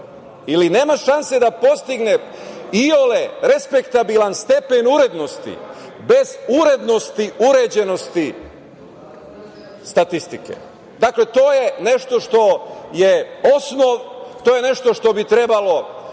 ili nema šanse da postigne iole respektabilan stepen urednosti, bez urednosti, uređenosti statistike. Dakle, to je nešto što je osnov, to je nešto što bi trebalo